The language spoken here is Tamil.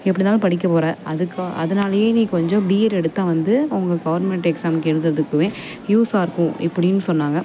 எப்படி இருந்தாலும் படிக்கப் போகிற அதுக்கு அதனாலையே நீ கொஞ்சம் பிஎட் எடுத்தால் வந்து உங்கள் கவுர்மெண்ட் எக்ஸாமுக்கு எழுதுறதுக்குமே யூஸ்ஸாக இருக்கும் இப்படின்னு சொன்னாங்க